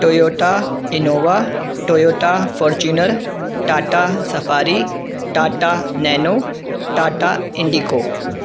Toyota Innova Toyota Fortuner Tata Safari Tata Nano Tata Indigo